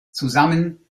zusammen